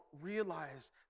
realize